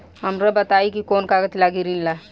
हमरा बताई कि कौन कागज लागी ऋण ला?